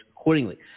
accordingly